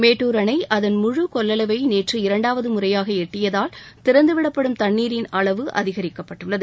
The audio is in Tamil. மேட்டுர் அணை அதன் முழு கொள்ளவை நேற்று இரண்டாவது முறையாக எட்டியதால் திறந்துவிடப்படும் தண்ணீரின் அளவு அதிகரிக்கப்பட்டுள்ளது